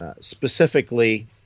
Specifically